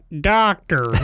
doctor